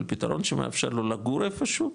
אבל פתרון שמאפשר לו לגור איפשהו,